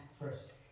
first